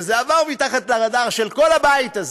וזה עבר מתחת לרדאר של כל הבית הזה,